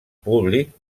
públic